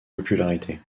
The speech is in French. popularité